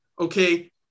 Okay